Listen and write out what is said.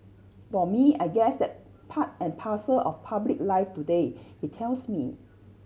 for me I guess that part and parcel of public life today he tells me